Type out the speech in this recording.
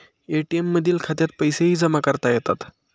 ATM मधील खात्यात पैसेही जमा करता येतात